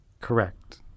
Correct